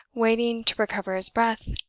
waiting to recover his breath.